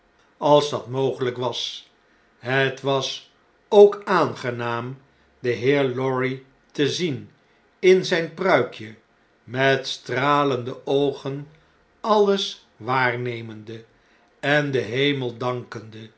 als dat mogeljjk was het was ook aangenaam den heer lorry te zien in zjjn pruikje met stralende oogen alles waarnemende en den hemel dankende